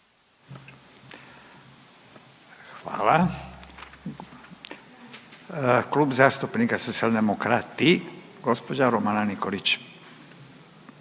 Hvala. Klub zastupnika Socijaldemokrati, gđa. Romana Nikolić.